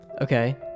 Okay